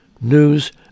news